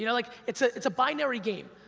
you know like, it's ah it's a binary game,